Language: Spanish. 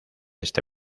este